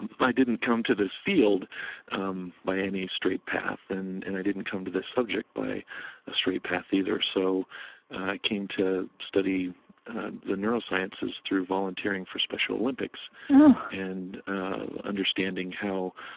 didn't come to this field um by any straight path, and and i didn't come to this subject by a straight path either, so i came to study the neurosciences through volunteering for special olympics and understanding how